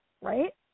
Right